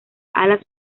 alas